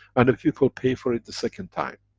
and the people pay for it the second time.